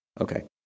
Okay